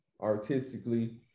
artistically